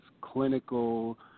clinical